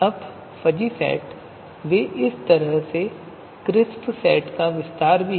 अब fuzzy set वे एक तरह से क्रिस्प सेट का विस्तार भी हैं